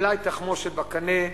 מלאי תחמושת בקנה,